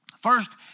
first